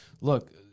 Look